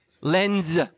Lens